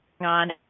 on